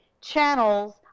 channels